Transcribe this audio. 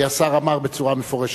כי השר אמר בצורה מפורשת,